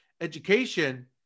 education